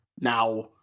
now